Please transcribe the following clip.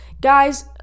guys